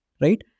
right